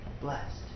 blessed